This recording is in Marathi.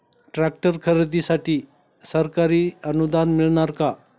ट्रॅक्टर खरेदीसाठी सरकारी अनुदान मिळणार का?